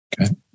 Okay